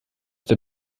der